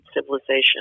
civilization